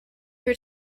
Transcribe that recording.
your